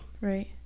Right